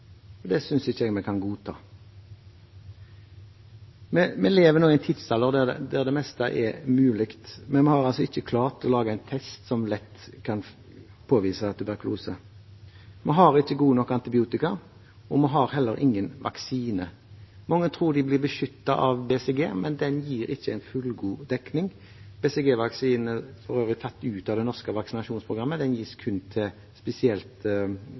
Det synes jeg ikke vi kan godta. Vi lever i en tidsalder der det meste er mulig, men vi har altså ikke klart å lage en test som lett kan påvise tuberkulose. Vi har ikke gode nok antibiotika, og vi har heller ingen vaksine. Mange tror de blir beskyttet av BCG, men den gir ikke en fullgod dekning. BCG-vaksinen er for øvrig tatt ut av det norske vaksinasjonsprogrammet og gis kun til spesielt